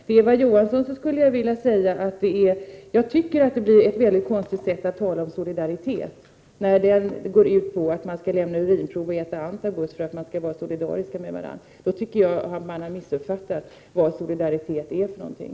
Till Eva Johansson skulle jag vilja säga att jag tycker det blir ett väldigt konstigt sätt att tala om solidaritet, om solidariteten med varandra går ut på att man skall lämna urinprov och äta antabus. Då tycker jag att man har missuppfattat vad solidaritet är för någonting.